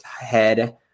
head